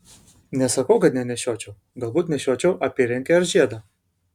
nesakau kad nenešiočiau galbūt nešiočiau apyrankę ar žiedą